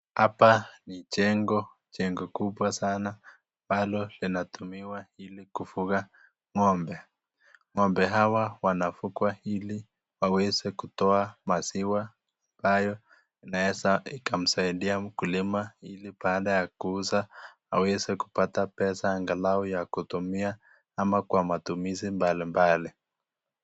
Hapa ni jengo, jengo kubwa sanaa ambalo linatumiwa ili kufuga ngombe. Ngombe hawa wanafugwa ili waweze kutoa maziwa ambayo inaweza ikamsaidia mkulima ili baada ya kuuza aweze kupata pesa angalau ya kutumia ama kwa matumizi mbali mbali.